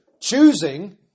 Choosing